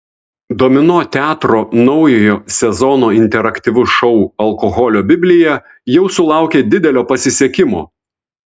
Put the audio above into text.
domino teatro naujojo sezono interaktyvus šou alkoholio biblija jau sulaukė didelio pasisekimo